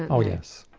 oh yes,